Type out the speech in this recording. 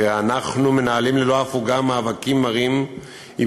כי הרי אנחנו מנהלים ללא הפוגה מאבקים מרים עם